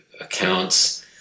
accounts